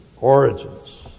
Origins